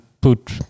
put